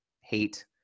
hate